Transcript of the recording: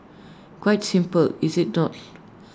quite simple is IT not